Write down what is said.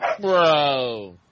Bro